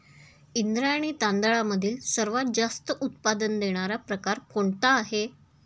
इंद्रायणी तांदळामधील सर्वात जास्त उत्पादन देणारा प्रकार कोणता आहे?